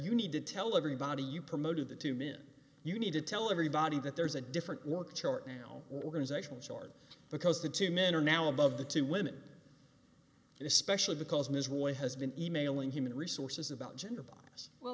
you need to tell everybody you promoted the two men you need to tell everybody that there's a different worked chart now organizational chart because the two men are now above the two women and especially because ms what has been e mailing human resources about gender bias well